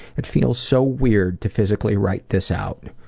it feels so weird to physically write this out.